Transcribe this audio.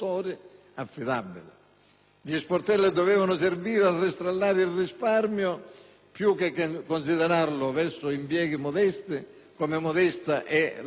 Gli sportelli dovevano servire a rastrellare il risparmio più che considerarlo verso impieghi modesti come modesta è l'economia siciliana.